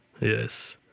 Yes